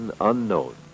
Unknown